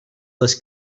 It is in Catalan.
les